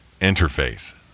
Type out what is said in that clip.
interface